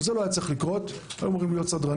זה לא היה צריך לקרות, היו אמורים להיות סדרנים.